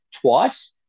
twice